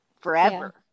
forever